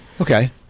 Okay